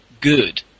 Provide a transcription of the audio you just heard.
good